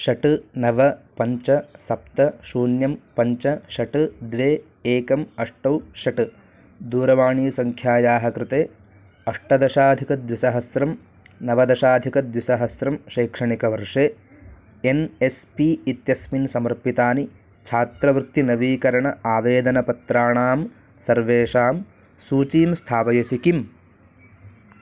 षट् नव पञ्च सप्त शून्यं पञ्च षट् द्वे एकम् अष्ट षट् दूरवाणीसङ्ख्यायाः कृते अष्टदशाधिकद्विसहस्रं नवदशाधिकद्विसहस्रं शैक्षणिकवर्षे एन् एस् पी इत्यस्मिन् समर्पितानि छात्रवृत्तिनवीकरण आवेदनपत्राणां सर्वेषां सूचीं स्थापयसि किम्